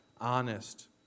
honest